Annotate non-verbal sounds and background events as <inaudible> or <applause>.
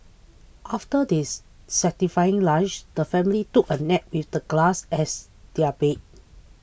after this satisfying lunch the family took a nap with the grass as their bed <noise>